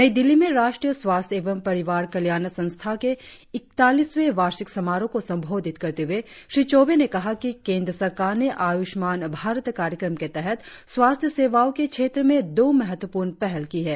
नई दिल्ली में राष्ट्रीय स्वास्थ्य एवं परिवार कल्याण संस्थान के ईकतालीसवें वार्षिक समारोह को संबोधित करते हुए श्री चौबे ने कहा कि केंद्र सरकार ने आयुषमान भारत कार्यक्रम के तहत स्वास्थ्य सेवाओं के क्षेत्र में दो महत्वपूर्ण पहल की हैं